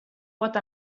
pot